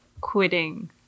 quitting